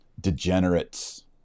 Degenerates